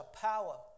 power